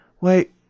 wait